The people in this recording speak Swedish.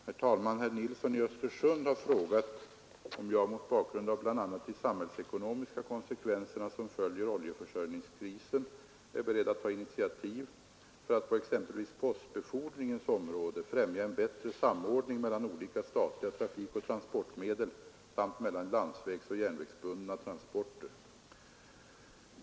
Herr talman! Herr Nilsson i Östersund har frågat om jag, mot bakgrund av bl.a. de samhällsekonomiska konsekvenserna av oljeförsörjningskrisen, är beredd att ta initiativ för att på exempelvis postbefordringens område främja en bättre samordning mellan olika statliga trafikoch transportmedel samt mellan landsvägsoch järnvägsbundna transporter.